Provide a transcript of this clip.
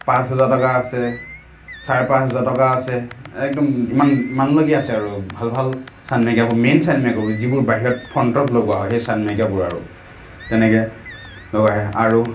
পাঁচ হাজাৰ টকাৰ আছে চাৰে পাঁচ হাজাৰ টকাৰ আছে একদম ইমান ইমানলৈকে আছে আৰু ভাল ভাল চানমাইকাবোৰ মেইন চানমাইকাবোৰ যিবোৰ বাহিৰত ফ্ৰণ্টত লগোৱা হয় সেই চানমাইকাবোৰ আৰু তেনেকৈ আৰু আৰু